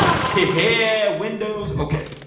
yeah, windows. okay,